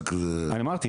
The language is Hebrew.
בבני ברק זה --- אני אמרתי,